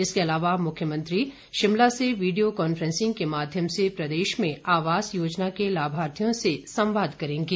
इसके अलावा मुख्यमंत्री शिमला से वीडियो कांफ्रेंसिंग के माध्यम से प्रदेश में आवास योजना के लाभार्थियों से संवाद करेंगे